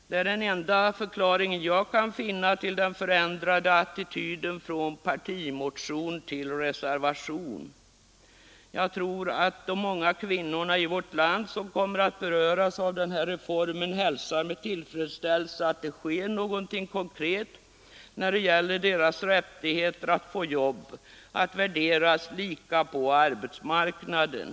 Det är den enda förklaring jag kan finna till den förändrade attityden från partimotion till reservation. Jag tror att de många kvinnorna i vårt land som kommer att beröras av den här reformen hälsar med tillfredsställelse att det sker någonting konkret när det gäller deras rättigheter att få jobb, att värderas lika på arbetsmarknaden.